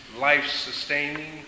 life-sustaining